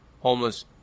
homeless